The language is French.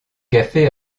café